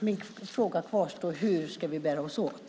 Min fråga kvarstår: Hur ska vi bära oss åt?